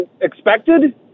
expected